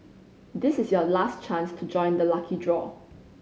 this is your last chance to join the lucky draw